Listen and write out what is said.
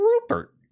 Rupert